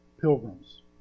pilgrims